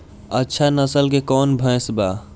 अच्छा नस्ल के कौन भैंस बा?